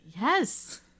Yes